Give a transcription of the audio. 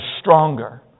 stronger